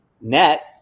.net